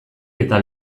eta